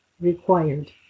Required